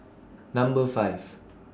Number five